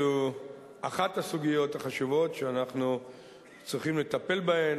זו אחת הסוגיות החשובות שאנחנו צריכים לטפל בהן,